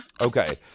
Okay